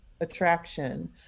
attraction